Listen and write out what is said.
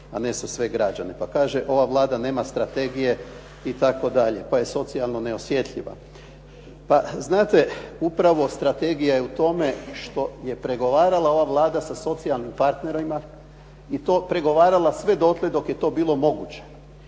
a ne za sve građane.", pa kaže: "Ova Vlada nema strategije" itd. pa je socijalno neosjetljiva. Pa znate, upravo strategija je u tome što je pregovarala ova Vlada sa socijalnim partnerima i to pregovarala sve dotle dok je to bilo moguće,